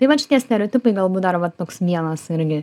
tai vat šitie stereotipai galbūt dar va toks vienas irgi